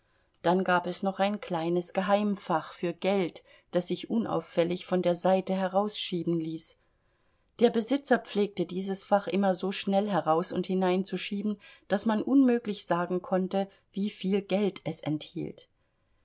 dann gab es noch ein kleines geheimfach für geld das sich unauffällig von der seite herausschieben ließ der besitzer pflegte dieses fach immer so schnell heraus und hineinzuschieben daß man unmöglich sagen konnte wieviel geld es enthielt